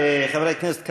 חברי הכנסת,